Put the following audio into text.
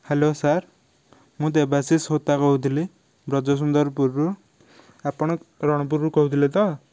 hello sir ମୁଁ ଦେବାଶିଷ ହୋତା କହୁଥିଲି ବ୍ରଜସୁନ୍ଦରପୁରରୁ ଆପଣ ରଣପୁରରୁ କହୁଥିଲେ ତ